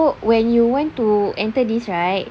so when you want to enter this right